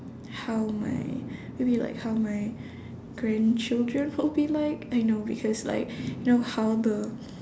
how my maybe like how my grandchildren will be like I know because like you know how the